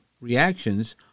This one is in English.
reactions